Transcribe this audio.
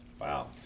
Wow